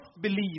believe